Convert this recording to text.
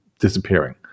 disappearing